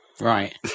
Right